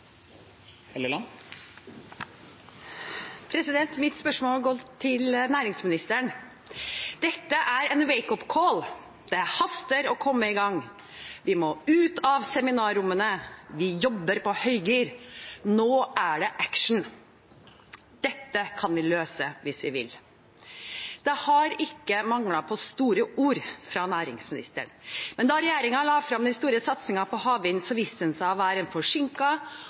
Helleland. Mitt spørsmål går til næringsministeren. «Dette er en wake up-call», «det haster å komme i gang», «Nå skal vi ut av seminarrommene», «det jobbes på høygir», «Nå er det action», «Dette kan vi løse hvis vi vil». Det har ikke manglet på store ord fra næringsministeren, men da regjeringen la fram den store satsingen på havvind, viste den seg å være en